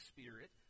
Spirit